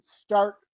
start